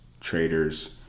traders